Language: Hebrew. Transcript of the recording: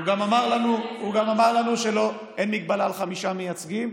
הוא גם אמר לנו שאין מגבלה על חמישה מייצגים,